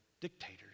dictators